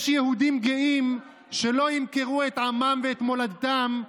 יש יהודים גאים שלא ימכרו את עמם ואת מולדתם,